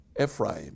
Ephraim